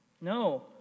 No